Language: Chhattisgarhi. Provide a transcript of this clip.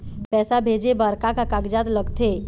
पैसा भेजे बार का का कागजात लगथे?